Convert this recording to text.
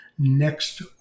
next